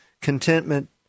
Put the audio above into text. contentment